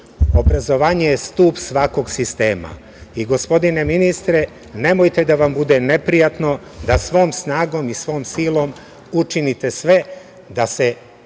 Obrazovanje je stub svakog sistema. I, gospodine ministre, nemojte da vam bude neprijatno da svom snagom i svom silom učinite sve da se